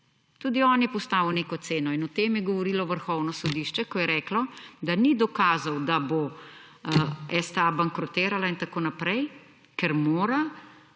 Tudi on je postavil neko ceno, in o tem je govorilo vrhovno sodišče, ko je reklo, da ni dokazov, da bo STA bankrotirala in tako naprej, ker mora